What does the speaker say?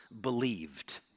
believed